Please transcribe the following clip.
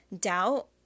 doubt